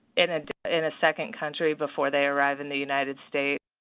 in and in a second country before they arrive in the united state.